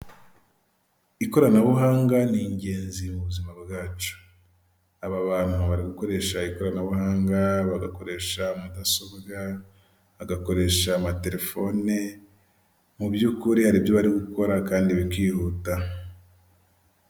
Ikoranabuhanga ni ingenzi mu buzima bwacu. Aba bantu bari gukoresha ikoranabuhanga, bagakoresha mudasobwa, bagakoresha amatelefone, mu by'ukuri hari ibyo bari gukora kandi bikihuta.